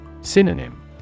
Synonym